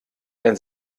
ein